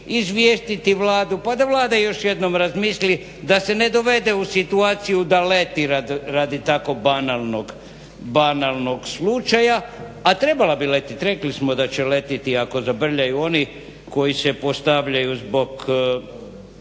izvijestiti Vladu pa da Vlada još jednom razmisli da se ne dovede u situaciju da leti radi tako banalnog slučaja, a trebala bi letiti. Rekli smo da će letiti ako zabrljaju oni koji se postavljaju zbog